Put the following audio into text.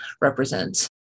represents